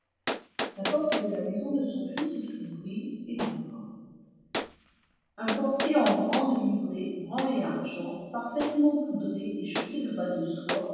la porte de la maison de son fils s'ouvrit il entra un portier en grande livrée brun et argent parfaitement poudré et chaussé de bas de soie